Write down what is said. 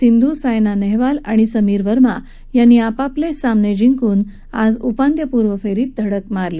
सिंधू सायना नहवाल आणि समीर वर्मा यांनी आपापल सिमन सिंकून आज उपान्त्यपूर्व परीत धडक मारली